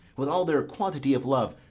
with all their quantity of love,